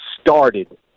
started